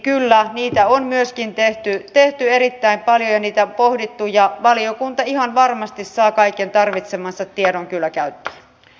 kyllä niitä on myöskin tehty erittäin paljon ja niitä on pohdittu ja valiokunta ihan varmasti saa kaiken tarvitsemansa tiedon kyllä käyttöön